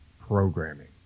programming